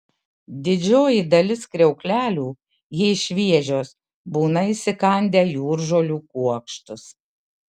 didžioji dalis kriauklelių jei šviežios būna įsikandę jūržolių kuokštus